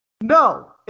No